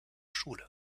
schule